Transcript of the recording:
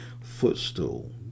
footstool